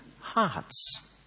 hearts